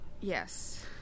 yes